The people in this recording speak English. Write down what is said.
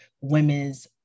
women's